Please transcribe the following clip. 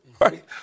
right